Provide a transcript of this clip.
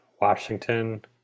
Washington